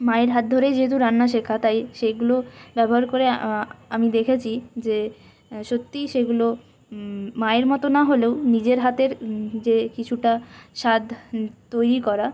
মায়ের হাত ধরেই যেহেতু রান্না শেখা তাই সেগুলো ব্যবহার করে আমি দেখেছি যে সত্যিই সেগুলো মায়ের মতো না হলেও নিজের হাতের যে কিছুটা স্বাদ তৈরি করা